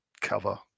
cover